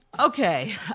Okay